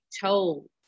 told